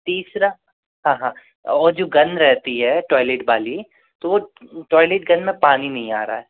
तीसरा हाँ हाँ और जो गंन रहती है टॉयलेट वाली तो टॉयलेट गन में पानी नहीं आ रहा है